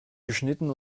geschnitten